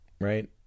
right